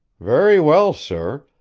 very well, sir!